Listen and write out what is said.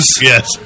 Yes